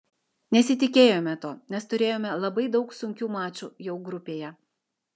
nesitikėjome to nes turėjome labai daug sunkių mačų jau grupėje